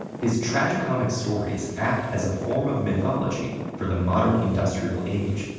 his tragicomic stories act as a form of mythology for the modern industrial age,